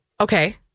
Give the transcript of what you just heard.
okay